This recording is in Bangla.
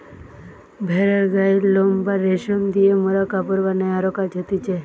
ভেড়ার গায়ের লোম বা রেশম দিয়ে মোরা কাপড় বানাই আরো কাজ হতিছে